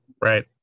Right